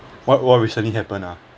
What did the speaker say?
what what recently happen ah